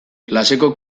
klaseko